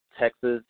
Texas